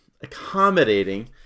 accommodating